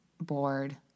bored